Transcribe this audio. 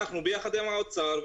אנחנו יחד עם האוצר,